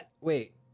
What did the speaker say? wait